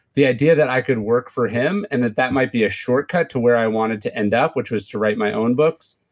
the idea that i could work for him and that that might be a shortcut to where i wanted to end up, which was to write my own books.